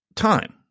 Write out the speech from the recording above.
time